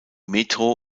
metro